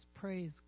praise